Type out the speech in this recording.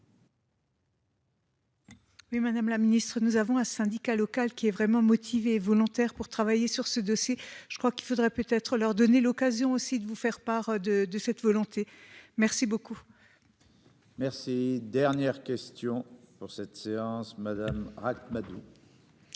Mais Madame la Ministre, nous avons un syndicat local qui est vraiment motivés et volontaires pour travailler sur ce dossier. Je crois qu'il faudrait peut-être leur donner l'occasion aussi de vous faire part de, de cette volonté. Merci beaucoup. Merci. Dernière question pour cette séance. Madame Ract-Madoux.